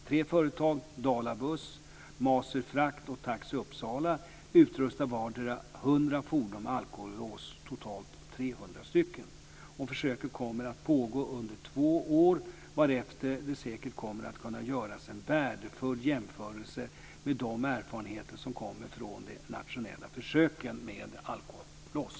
Tre företag Försöket kommer att pågå under två år, varefter det säkert kommer att kunna göras en värdefull jämförelse med de erfarenheter som kommer från de nationella försöken med alkolås.